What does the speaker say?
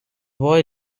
boy